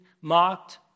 mocked